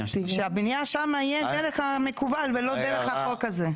שהבנייה שם תהיה הדרך המקובל ולא דרך החוק הזה.